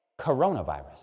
coronavirus